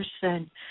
person